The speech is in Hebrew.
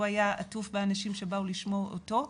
הוא היה עטוף באנשים שבאו לשמוע אותו,